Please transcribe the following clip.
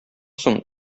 соң